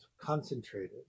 concentrated